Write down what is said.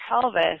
pelvis